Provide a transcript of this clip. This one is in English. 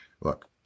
Look